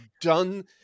done